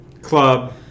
club